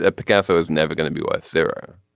ah picasso is never going to be worth zero.